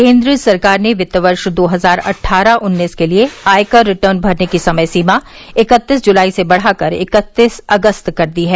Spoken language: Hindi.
केन्द्र सरकार ने क्ति वर्ष दो हजार अट्ठारह उन्नीस के लिए आयकर रिटर्न भरने की समय सीमा इकत्तीस जुलाई से बढाकर इकत्तीस अगस्त कर दी है